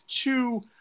two